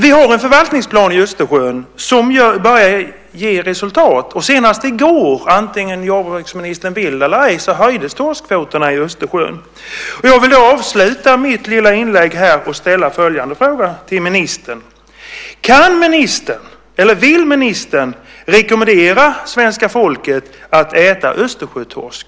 Vi har en förvaltningsplan för Östersjön som nu börjar ge resultat. Senast i går, oavsett om jordbruksministern vill det eller ej, höjdes torskkvoterna i Östersjön. Jag vill avsluta mitt lilla inlägg här genom att ställa följande fråga till ministern: Vill ministern rekommendera svenska folket att äta östersjötorsk?